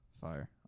Fire